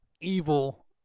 evil